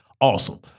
awesome